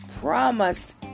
promised